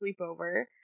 sleepover